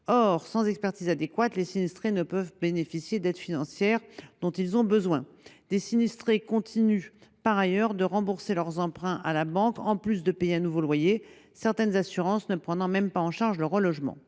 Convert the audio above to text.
Or, sans expertise adéquate, les sinistrés ne peuvent bénéficier de l’aide financière dont ils ont besoin. Des sinistrés continuent par ailleurs de rembourser leurs emprunts bancaires, alors même qu’ils doivent payer un nouveau loyer, certaines assurances ne prenant même pas en charge le relogement.